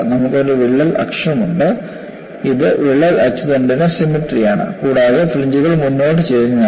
നമുക്ക് ഒരു വിള്ളൽ അക്ഷം ഉണ്ട് ഇത് വിള്ളൽ അച്ചുതണ്ടിന് സിമട്രിയാണ് കൂടാതെ ഫ്രിഞ്ച്കൾ മുന്നോട്ട് ചരിഞ്ഞതാണ്